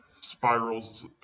spirals